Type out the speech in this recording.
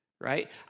right